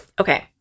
Okay